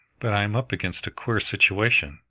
but i am up against a queer situation.